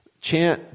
Chant